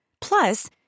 Plus